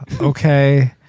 Okay